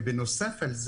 ובנוסף,